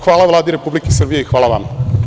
Hvala Vladi Republike Srbije i hvala vama.